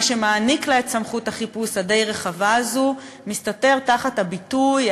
מה שמעניק לה את סמכות החיפוש הדי-רחבה הזו מסתתר תחת הביטוי,